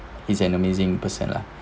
he's an amazing person lah